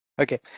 Okay